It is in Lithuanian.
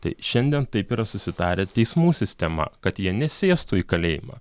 tai šiandien taip yra susitarę teismų sistema kad jie nesėstų į kalėjimą